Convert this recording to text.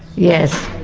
yes.